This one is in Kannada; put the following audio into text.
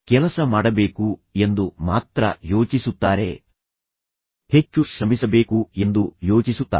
ಅವರು ಏನನ್ನೂ ದೂಷಿಸುವುದಿಲ್ಲ ನಾನು ಕೆಲಸ ಮಾಡಬೇಕು ಎಂದು ಮಾತ್ರ ಅವರು ಯೋಚಿಸುತ್ತಾರೆ ನಾನು ಹೆಚ್ಚು ಶ್ರಮಿಸಬೇಕು ಎಂದು ಯೋಚಿಸುತ್ತಾರೆ